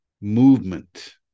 movement